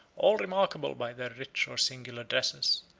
all remarkable by their rich or singular dresses,